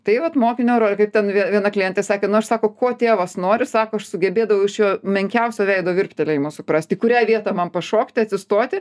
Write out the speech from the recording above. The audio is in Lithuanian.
tai vat mokinio rolė kaip ten viena klientė sakė nu aš sako ko tėvas nori sako aš sugebėdavau iš jo menkiausio veido virptelėjimo suprast į kurią vietą man pašokti atsistoti